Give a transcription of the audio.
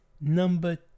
number